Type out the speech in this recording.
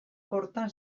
kortan